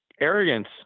Arrogance